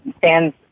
fans